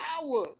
power